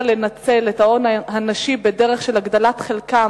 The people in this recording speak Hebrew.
לנצל את ההון הנשי בדרך של הגדלת חלקן